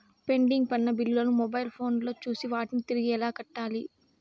pending పడిన బిల్లులు ను మొబైల్ ఫోను లో చూసి వాటిని తిరిగి ఎలా కట్టాలి